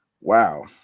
wow